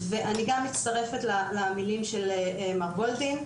ואני גם מצטרפת למילים של מר גולדין,